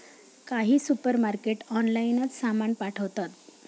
काही सुपरमार्केट ऑनलाइनच सामान पाठवतात